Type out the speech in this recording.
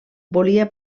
volia